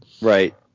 Right